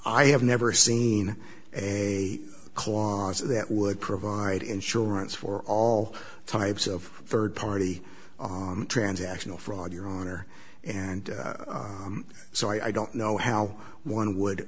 i have never seen a clause that would provide insurance for all types of third party transactional fraud you're on or and so i don't know how one would